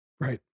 Right